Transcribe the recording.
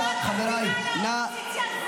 חבריי חברי הכנסת,